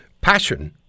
passion